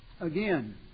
again